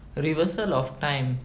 a reversal of time